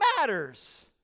matters